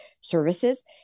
services